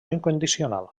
incondicional